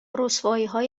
رسواییهای